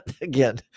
Again